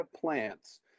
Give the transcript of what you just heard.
plants